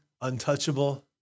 untouchable